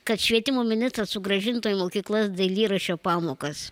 kad švietimo ministras sugrąžintų į mokyklas dailyraščio pamokas